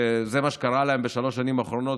שזה מה שקרה להם בשלוש השנים האחרונות,